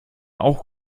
auch